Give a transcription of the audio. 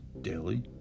Daily